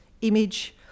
image